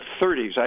30s